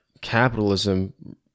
capitalism